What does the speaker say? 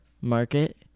market